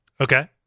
Okay